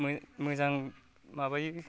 मोजां माबायो